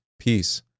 Peace